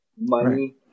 money